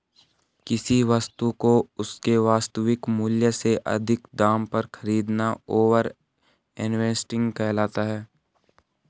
किसी वस्तु को उसके वास्तविक मूल्य से अधिक दाम पर खरीदना ओवर इन्वेस्टिंग कहलाता है